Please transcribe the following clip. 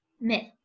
Myth